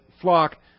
flock